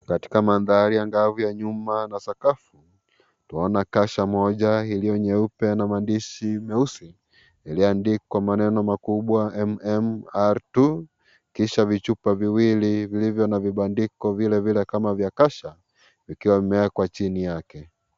Katika madhari angavu ya nyumba na sakafu, twaona kasha moja iliyo nyeupe na maandishi meusi. Iliyoandikwa maneno makubwa, MMR2. Kisha vichupa viwili vilivyo na vibandiko vile vile kama vya kasha vikiwa vimewekwa chini yake.